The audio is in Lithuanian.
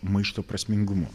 maišto prasmingumu